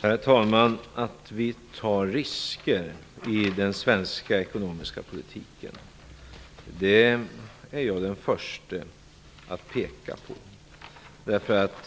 Herr talman! Att vi tar risker i den svenska ekonomiska politiken är jag den förste att peka på.